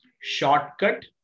shortcut